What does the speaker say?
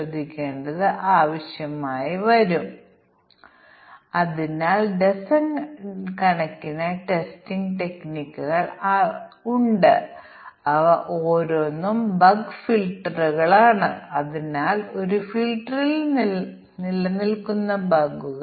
നിങ്ങൾക്ക് ജെന്നി പ്രോഗ്രാം കാണാൻ കഴിയും അത് ചെറിയ സി പ്രോഗ്രാം സാധ്യമായ 100 200 ലൈനുകൾ നിങ്ങൾ സോഴ്സ് കോഡ് ഡൌൺലോഡ് ചെയ്ത് പ്രവർത്തിപ്പിക്കുക തുടർന്ന് എല്ലാ ജോഡികളും മറ്റൊരു ഉപകരണമാണ്